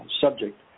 subject